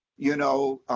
you know,